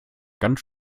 ganz